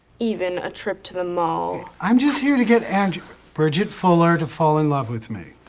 even a trip to the mall. i'm just here to get andrea bridget fuller to fall in love with me.